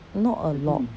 not a lot